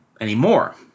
anymore